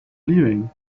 leaving